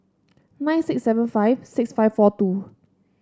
nine six seven five six five four two